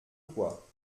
quoi